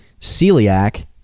celiac